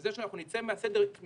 וזה שאנחנו נצא מהסגר,